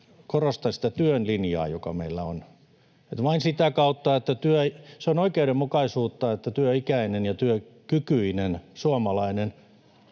korostan sitä työn linjaa, joka meillä on. Se on oikeudenmukaisuutta, että työikäinen ja työkykyinen suomalainen